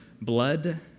blood